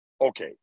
Okay